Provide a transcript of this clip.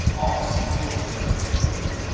odds hilts and blades!